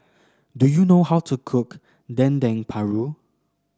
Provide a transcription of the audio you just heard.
do you know how to cook Dendeng Paru